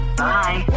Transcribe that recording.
bye